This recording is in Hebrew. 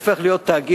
אתה הופך להיות תאגיד,